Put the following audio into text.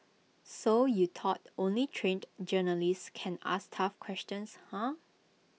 so you thought only trained journalists can ask tough questions huh